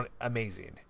amazing